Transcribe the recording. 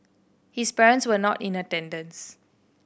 his parents were not in attendance